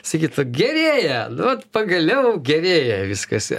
sakytų gerėja vat pagaliau gerėja viskas